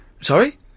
Sorry